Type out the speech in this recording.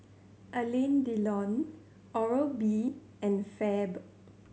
Alain Delon Oral B and Fab